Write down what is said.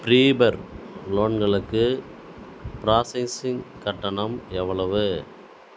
prefer லோன்களுக்கு processing கட்டணம் எவ்வளவு